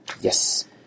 Yes